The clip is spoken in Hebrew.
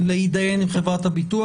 להתדיין עם חברת הביטוח.